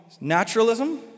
naturalism